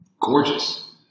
gorgeous